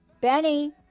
Benny